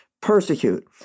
persecute